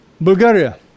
Bulgaria